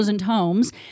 homes